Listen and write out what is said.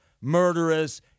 murderous